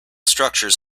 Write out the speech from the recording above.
structures